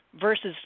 versus